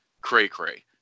cray-cray